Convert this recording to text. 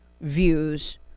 views